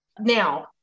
Now